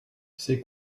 c’est